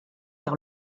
vers